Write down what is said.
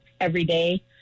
everyday